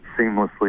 seamlessly